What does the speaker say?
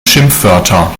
schimpfwörter